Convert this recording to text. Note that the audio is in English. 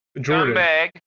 Jordan